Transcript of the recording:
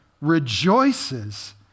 rejoices